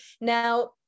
Now